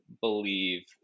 believe